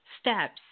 steps